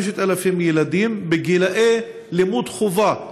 5,000 ילדים בגילאי לימוד חובה,